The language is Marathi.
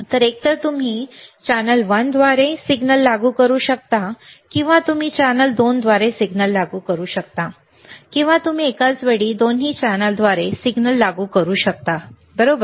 तर एकतर तुम्ही चॅनेल वन द्वारे सिग्नल लागू करू शकता किंवा तुम्ही चॅनेल 2 द्वारे सिग्नल लागू करू शकता किंवा तुम्ही एकाच वेळी दोन्ही चॅनेलद्वारे सिग्नल लागू करू शकता बरोबर